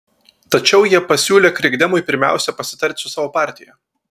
tačiau jie pasiūlė krikdemui pirmiausia pasitarti su savo partija